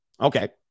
Okay